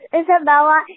Isabella